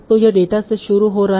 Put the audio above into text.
तो यह डेटा से शुरू हो रहा है